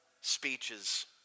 speeches